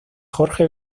jorge